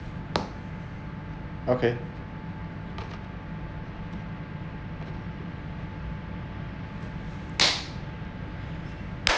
okay